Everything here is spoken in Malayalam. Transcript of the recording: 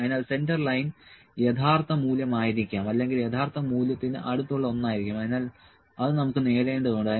അതിനാൽ സെന്റർ ലൈന് യഥാർത്ഥ മൂല്യമായിരിക്കാം അല്ലെങ്കിൽ യഥാർത്ഥ മൂല്യത്തിന് അടുത്തുള്ള ഒന്നായിരിക്കാം അതിനാൽ അത് നമുക്ക് നേടേണ്ടതുണ്ട്